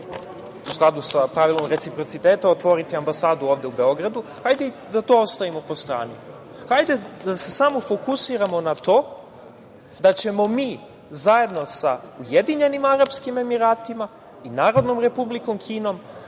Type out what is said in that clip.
u skladu sa pravilom reciprocitetom otvoriti ambasadu ovde u Beogradu, hajde i to da ostavimo po strani, hajde da se samo fokusiramo na to da ćemo mi zajedno sa Ujedinjenim Arapskim Emiratima i Narodnom Republikom Kinom